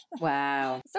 Wow